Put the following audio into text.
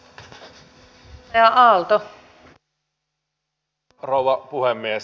arvoisa rouva puhemies